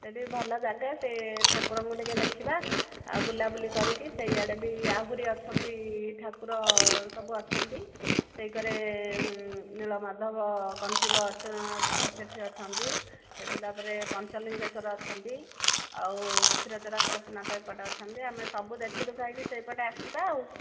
ସେଇଠି ଭଲ ଜାଗା ସେ ଠାକୁରଙ୍କୁ ଟିକିଏ ଦେଖିବା ଆଉ ବୁଲା ବୁଲି କରିକି ସେଇଆଡ଼େ ବି ଆହୁରି ଅଛନ୍ତି ଠାକୁର ସବୁ ଅଛନ୍ତି ସେଇକରେ ନୀଳମାଧବ କଣ୍ଟିଲ ସେଇଠି ଅଛନ୍ତି ସେଇଠି ତା'ପରେ ପଞ୍ଚଲିଙ୍ଗେଶ୍ଵର ଅଛନ୍ତି ଆଉ କ୍ଷୀରଚୋରା ଗୋପୀନାଥ ଏପଟେ ଅଛନ୍ତି ଆମେ ସବୁ ଦେଖିଦୁଖାକି ସେଇପଟେ ଆସିବା ଆଉ